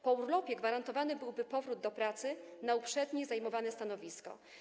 Po urlopie gwarantowany byłby powrót do pracy na uprzednio zajmowane stanowisko.